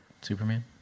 Superman